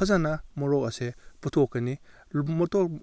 ꯐꯖꯅ ꯃꯣꯔꯣꯛ ꯑꯁꯦ ꯄꯨꯊꯣꯛꯀꯅꯤ